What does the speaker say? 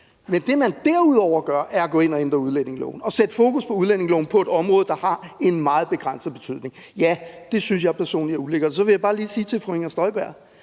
Men det, man derudover gør, er at gå ind og ændre udlændingeloven og sætte fokus på udlændingeloven på et område, der har en meget begrænset betydning. Ja, det synes jeg personligt er ulækkert. Så vil jeg bare lige sige til fru Inger Støjberg: